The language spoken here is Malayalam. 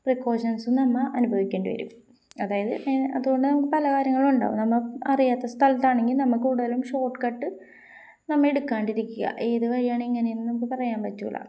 പ്രിക്കോഷൻസും നമ്മള് അനുഭവിക്കേണ്ടി വരും അതായത് അതുകൊണ്ട് നമുക്ക് പല കാര്യങ്ങളുമുണ്ടാകും നമ്മളറിയാത്ത സ്ഥലത്താണെങ്കില് നമ്മള് കൂടുതലും ഷോർട്ട്കട്ട് നമ്മള് എടുക്കാതിരിക്കുക ഏത് വഴിയാണ് എങ്ങനെയാണെന്നും നമുക്ക് പറയാൻ പറ്റില്ല